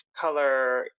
color